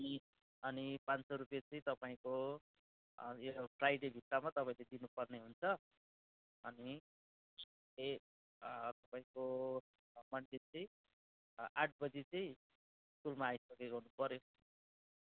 अनि अनि पाँच सौ रुपियाँ चाहिँ तपाईँको यो फ्राइडे भित्रमा तपाईँले दिनुपर्ने हुन्छ अनि तपाईँको मनडे चाहिँ आठ बजी चाहिँ स्कुलमा आइपुगेको हुनुपऱ्यो